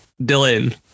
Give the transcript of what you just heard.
Dylan